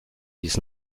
dies